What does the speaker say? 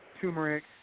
turmeric